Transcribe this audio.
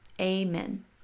Amen